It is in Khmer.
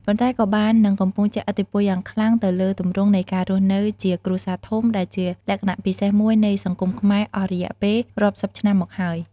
ប៉ុន្តែក៏បាននិងកំពុងជះឥទ្ធិពលយ៉ាងខ្លាំងទៅលើទម្រង់នៃការរស់នៅជាគ្រួសារធំ ដែលជាលក្ខណៈពិសេសមួយនៃសង្គមខ្មែរអស់រយៈពេលរាប់សិបឆ្នាំមកហើយ។